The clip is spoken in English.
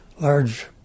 large